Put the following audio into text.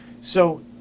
So-